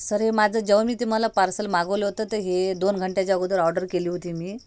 sir हे माझं जेव्हा मी मला ते पार्सल मागवलं होते हे दोन घंटेच्या अगोदर ऑर्डर केली होती मी